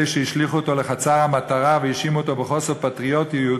אלה שהשליכו אותו לחצר-המטרה והאשימו אותו בחוסר פטריוטיות,